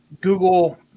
Google